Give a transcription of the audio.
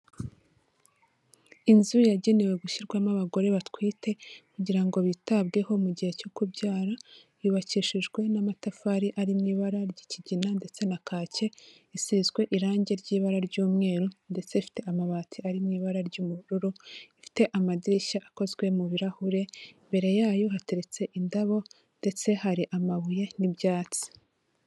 Inzu yagenewe gushyirwamo abagore batwite kugira ngo bitabweho mu gihe cyo kubyara, yubakishijwe n'amatafari ari mu ibara ry'ikigina ndetse na kake isizwe irange ry'ibara ry'umweru, ndetse ifite amabati ari mu ibara ry'ubururu, rifite amadirishya akozwe mu birahure, mbere yayo hateretse indabo ndetse hari amabuye n'ibyatsi.